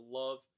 love